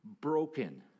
broken